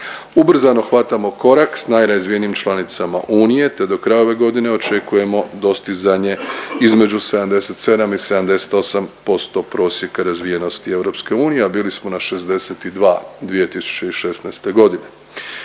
Ubrzano hvatamo korak sa najrazvijenijim članicama Unije, te do kraja ove godine očekujemo dostizanje između 77 i 78% prosjeka razvijenosti EU, a bili smo na 62 2016. godine.